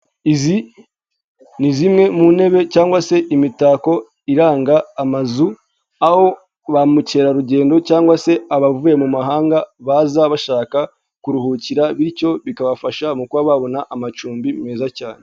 Izi ni zimwe mu ntebe cyangwa se imitako iranga amazu, aho ba mukerarugendo cyangwa se abavuye mu mahanga baza bashaka kuruhukira, bityo bikabafasha mu kuba babona amacumbi meza cyane.